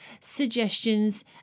suggestions